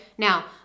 Now